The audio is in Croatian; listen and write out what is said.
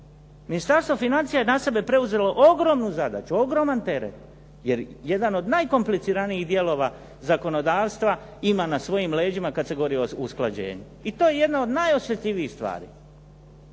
Ministarstvo financija je na sebe preuzelo ogromnu zadaću, ogroman teret jer jedan od najkompliciranijih dijelova zakonodavstva ima na svojim leđima kad se govori o usklađenju i to je jedna od najosjetljivijih stvari.